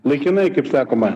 laikinai kaip sakoma